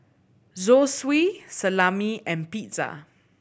Zosui Salami and Pizza